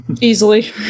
Easily